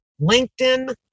LinkedIn